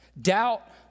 Doubt